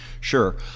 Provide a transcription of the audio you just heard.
sure